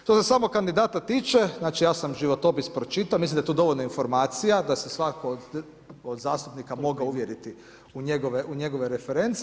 Što se samog kandidata tiče, znači, ja sam životopis pročitao, mislim da je to dovoljno informacija da se svatko od zastupnika mogao uvjeriti u njegove reference.